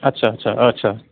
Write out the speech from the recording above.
आच्छा आच्छा